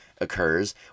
occurs